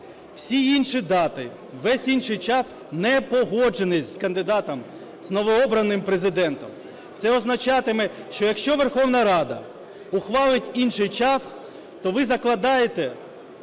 Всі інші дати, весь інший час не погоджений з кандидатом з новообраним Президентом. Це означатиме, що, якщо Верховна Рада ухвалить інший час, то ви закладаєте